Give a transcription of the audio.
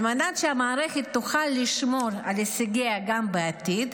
על מנת שהמערכת תוכל לשמור על הישגיה גם בעתיד,